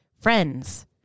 friends